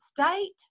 state